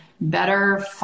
better